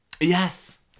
yes